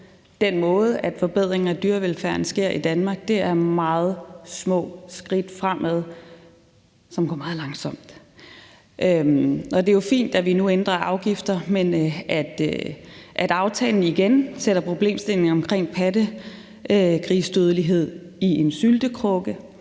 den måde, forbedringer af dyrevelfærden sker i Danmark på – det er meget små skridt fremad, som går meget langsomt. Det er jo fint, at vi nu ændrer afgifter, men at aftalen igen sætter problemstilling omkring pattegrisdødelighed i en syltekrukke,